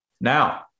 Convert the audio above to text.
Now